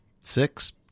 six